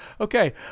Okay